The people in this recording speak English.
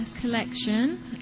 collection